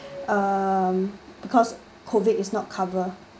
um because COVID is not cover